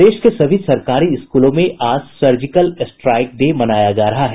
प्रदेश के सभी सरकारी स्कूलों में आज सर्जिकल स्ट्राइक डे मनाया जा रहा है